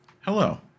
Hello